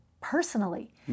personally